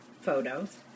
photos